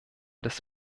des